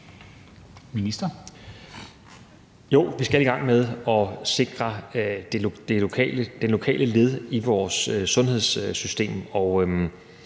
Heunicke): Jo, vi skal i gang med at sikre det lokale led i vores sundhedssystem.